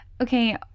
Okay